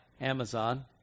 Amazon